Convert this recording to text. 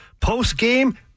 post-game